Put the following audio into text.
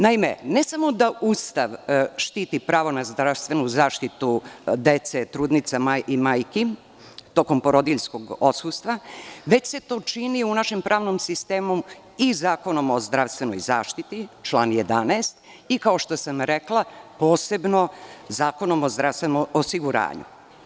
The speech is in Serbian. Naime, ne samo da Ustav štiti pravo na zdravstvenu zaštitu dece, trudnica i majki tokom porodiljskog odsustva, već se to čini u našem pravnom sistemu i Zakonom o zdravstvenoj zaštiti član 11. i kao što sam rekla, posebno Zakonom o zdravstvenom osiguranju.